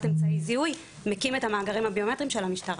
אמצעי זיהוי) מקים את המאגרים הביומטריים של המשטרה.